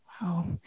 Wow